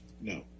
No